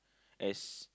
as